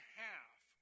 half